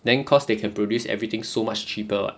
then cause they can produce everything so much cheaper [what]